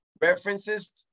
references